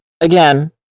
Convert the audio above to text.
again